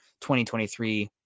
2023